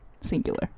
Singular